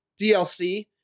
DLC